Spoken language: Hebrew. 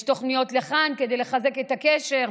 יש תוכניות כאן כדי לחזק את הקשר,